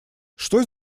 что